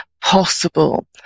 possible